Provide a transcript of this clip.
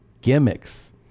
gimmicks